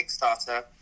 Kickstarter